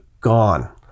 gone